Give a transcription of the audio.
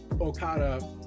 Okada